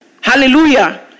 Hallelujah